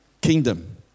Kingdom